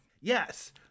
Yes